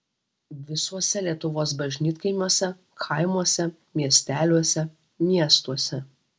visuose lietuvos bažnytkaimiuose kaimuose miesteliuose miestuose